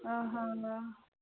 ଆଃ ଆହାଃ